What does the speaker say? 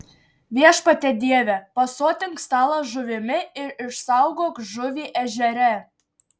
viešpatie dieve pasotink stalą žuvimi ir išsaugok žuvį ežere